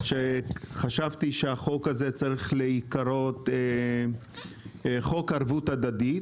חשבתי שהחוק הזה צריך להיקרא חוק ערבות הדדית,